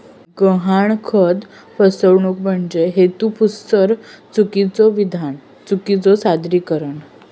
गहाणखत फसवणूक म्हणजे हेतुपुरस्सर चुकीचो विधान, चुकीचो सादरीकरण